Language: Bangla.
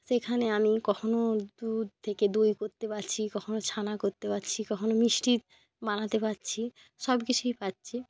সেইখানে আমি কখনও দুধ থেকে দই করতে পারছি কখনও ছানা করতে পারছি কখনও মিষ্টি বানাতে পারছি সব কিছুই পাচ্ছি